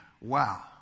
Wow